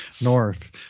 north